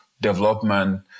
development